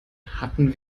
hatten